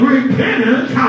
Repentance